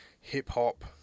hip-hop